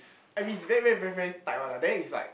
I mean it's very very very tight one ah then it's like